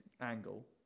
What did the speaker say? angle